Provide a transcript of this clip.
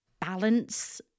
balance